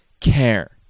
Care